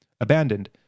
abandoned